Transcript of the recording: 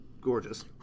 gorgeous